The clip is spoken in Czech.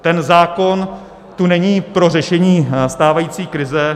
Ten zákon tu není pro řešení stávající krize.